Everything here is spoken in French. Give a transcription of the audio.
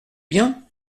bien